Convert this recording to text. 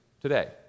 today